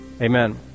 Amen